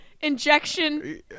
injection